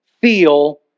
feel